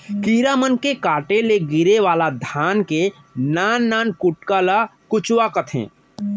कीरा मन के काटे ले गिरे वाला धान के नान नान कुटका ल कुचवा कथें